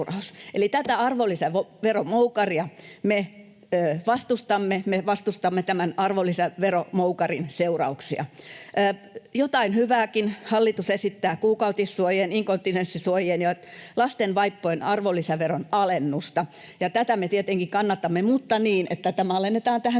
Eli tätä arvonlisäveromoukaria me vastustamme, me vastustamme tämän arvonlisäveromoukarin seurauksia. Jotain hyvääkin: hallitus esittää kuukautissuojien, inkontinenssisuojien ja lasten vaippojen arvonlisäveron alennusta, ja tätä me tietenkin kannatamme mutta niin, että tämä alennetaan tähän 10 prosentin